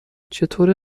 چطوره